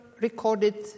recorded